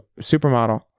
Supermodel